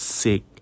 sick